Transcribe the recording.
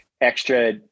extra